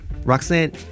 Roxanne